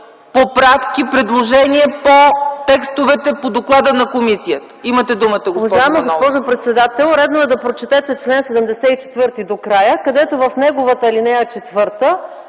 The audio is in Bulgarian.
поправки, предложения по текстовете по доклада на комисията.” Имате думата, госпожо Манолова.